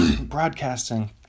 Broadcasting